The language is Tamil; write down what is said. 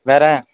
வேறு